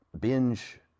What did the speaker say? binge